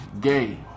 gay